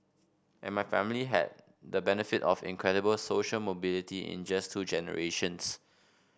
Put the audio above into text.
and my family had the benefit of incredible social mobility in just two generations